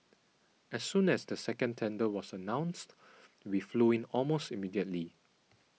as soon as the second tender was announced we flew in almost immediately